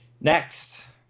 next